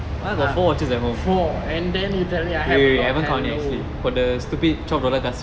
four and then you tell me I have a lot hello